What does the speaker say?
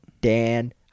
Dan